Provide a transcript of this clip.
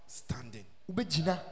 standing